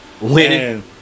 Winning